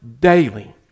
daily